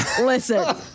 Listen